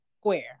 square